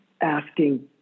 asking